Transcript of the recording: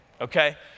okay